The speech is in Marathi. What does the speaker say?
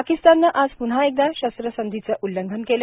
पाकिस्ताननं आज प्न्हा एकदा शस्त्रसंधीचं उल्लंघन केलं